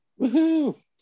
Woohoo